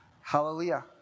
Hallelujah